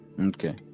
Okay